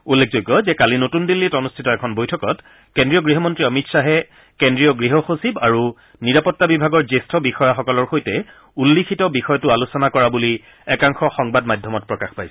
উল্লেখযোগ্য যে কালি নতুন দিল্লীত অনুষ্ঠিত এখন বৈঠকত কেন্দ্ৰীয় গৃহমন্ত্ৰী অমিত শ্বাহে কেন্দ্ৰীয় গৃহ সচিব আৰু নিৰাপত্তা বিভাগৰ জ্যেষ্ঠ বিষয়াসকলৰ সৈতে উল্লিখিত বিষয়টো আলোচনা কৰা বুলি একাংশ সংবাদ মাধ্যমত প্ৰকাশ পাইছিল